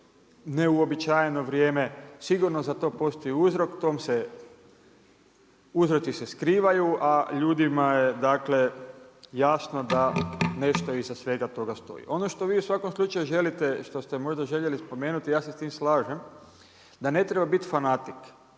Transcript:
neuobičajeno vrijeme, sigurno za to postoji uzrok. Uzroci se skrivaju a ljudima je dakle, jasno da nešto iza svega toga stoji. Ono što vi u svakom slučaju želite, što ste možda željeli spomenuti, ja se s tim slažem, da ne treba biti fanatik.